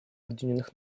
объединенных